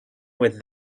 with